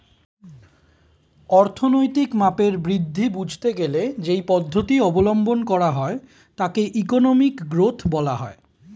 অর্থনৈতিক মাপের বৃদ্ধি বুঝতে গেলে যেই পদ্ধতি অবলম্বন করা হয় তাকে ইকোনমিক গ্রোথ বলা হয়